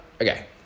Okay